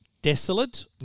desolate